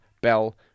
bell